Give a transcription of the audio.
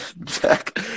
Jack